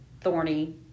thorny